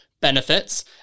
benefits